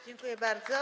Dziękuję bardzo.